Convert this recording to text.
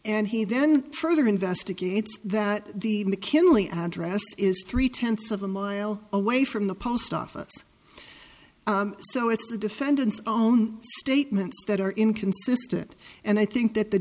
and he then further investigates that the mckinley address is three tenths of a mile away from the post office so it's the defendant's own statements that are inconsistent and i think that the